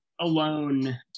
Alone